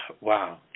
wow